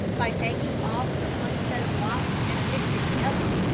by taking off the one set of locks and affixing the others,